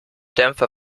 dämpfer